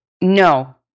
No